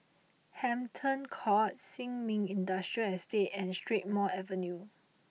Hampton Court Sin Ming Industrial Estate and Strathmore Avenue